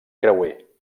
creuer